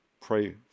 pray